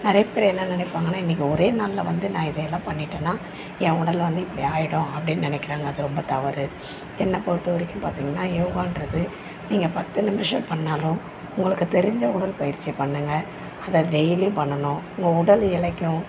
நிறைய பேர் என்ன நினைப்பாங்கன்னா இன்னிக்கி ஒரே நாளில் வந்து நான் இதை எல்லாம் பண்ணிவிட்டேன்னா என் உடல் வந்து இப்படி ஆகிடும் அப்படின்னு நினைக்கிறாங்க அது ரொம்ப தவறு என்னை பொறுத்தவரைக்கும் பார்த்தீங்கனா யோகாங்றது நீங்கள் பத்து நிமிஷம் பண்ணிணாலும் உங்களுக்கு தெரிஞ்ச உடற்பயிற்சியை பண்ணுங்கள் அதை டெய்லியும் பண்ணணும் உங்கள் உடல் இளைக்கும்